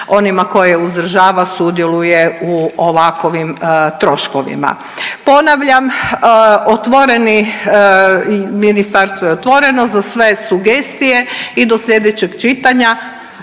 onima koje uzdržava sudjeluje u ovakovim troškovima. Ponavljam otvoreni, ministarstvo je otvoreno za sve sugestije i do slijedećeg čitanja